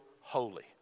holy